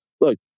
look